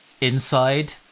inside